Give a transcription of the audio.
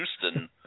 Houston